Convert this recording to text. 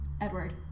Edward